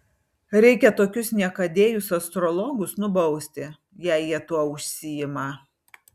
reikia tokius niekadėjus astrologus nubausti jei jie tuo užsiima